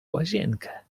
łazienkę